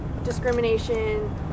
Discrimination